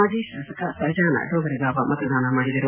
ಮಾಜಿ ಶಾಸಕ ಸಹಜಾನ ದೋಗರಗಾಂವ ಮತದಾನ ಮಾಡಿದರು